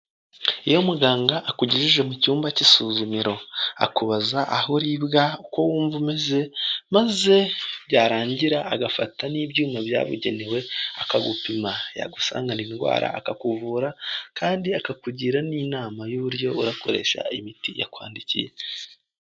Iyo muganga akugeje mu cyumba cy'isuzumiro, akubaza aho uribwa uko wumva umeze, maze byarangira agafata n'ibyinyuma byabugenewe, akagupima, yagusangana indwara akakuvura, kandi akakugira n'inama y'uburyo urakoresha imiti yakwandikiye.